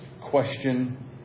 question